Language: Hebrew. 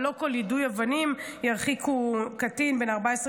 ולא על כל יידוי אבנים ירחיקו קטין בן 14,